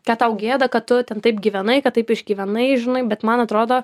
kad tau gėda kad tu ten taip gyvenai kad taip išgyvenai žinai bet man atrodo